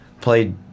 played